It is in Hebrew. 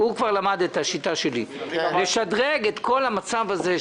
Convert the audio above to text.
הוא כבר למד את השיטה שלי: לשדרג את כל המצב הזה,